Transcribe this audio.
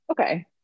Okay